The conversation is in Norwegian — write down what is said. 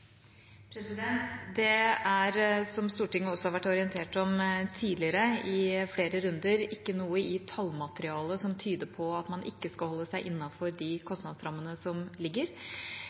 Det er, som Stortinget også har vært orientert om tidligere i flere runder, ikke noe i tallmaterialet som tyder på at man ikke skal holde seg innenfor de kostnadsrammene som ligger.